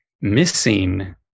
missing